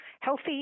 healthy